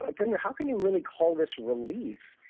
ah premier, how can you really call this relief,